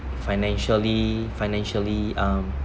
financially financially um